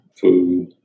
food